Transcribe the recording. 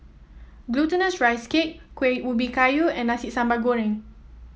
Glutinous Rice Cake Kuih Ubi Kayu and Nasi Sambal Goreng